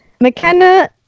McKenna